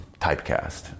typecast